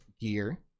Gear